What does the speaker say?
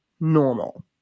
normal